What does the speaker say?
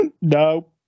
No